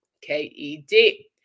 K-E-D